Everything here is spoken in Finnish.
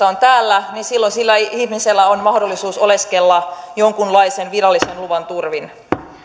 on täällä niin silloin sillä ihmisellä on mahdollisuus oleskella jonkunlaisen virallisen luvan turvin